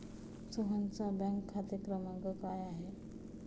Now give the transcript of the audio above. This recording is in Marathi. सोहनचा बँक खाते क्रमांक काय आहे?